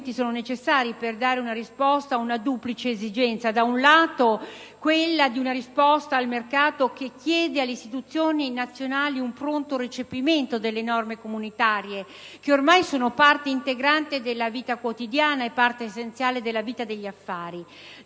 infatti, necessari per dare una risposta ad una duplice esigenza: vi è, da un lato, quella di una risposta al mercato che chiede alle istituzioni nazionali un pronto recepimento delle norme comunitarie, oramai parte integrante della vita di tutti i giorni e parte essenziale della vita degli affari